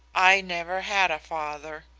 i never had a father